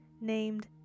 named